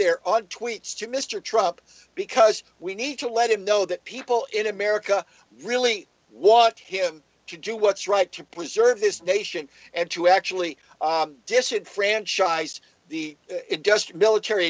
there on tweets to mr trump because we need to let him know that people in america really want him to do what's right to preserve this nation and to actually disenfranchised the just military